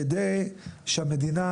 כדי שהמדינה,